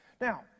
Now